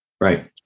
Right